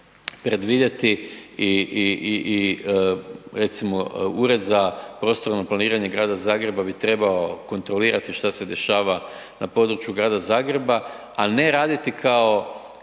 predvidjeti i, recimo, Ured za prostorno planiranje Grada Zagreba bi trebao kontrolirati što se dešava na području grada Zagreba, a ne raditi kao